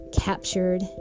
captured